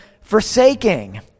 forsaking